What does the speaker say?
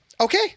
Okay